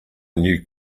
new